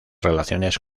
relaciones